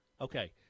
Okay